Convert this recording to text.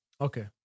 Okay